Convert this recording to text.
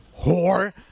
whore